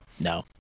No